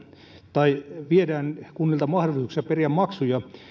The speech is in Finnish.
tai viedään kunnilta mahdollisuuksia periä maksuja